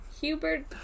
Hubert